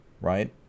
right